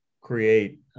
create